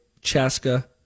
Chaska